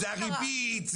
זה הריבית?